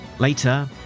Later